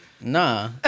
Nah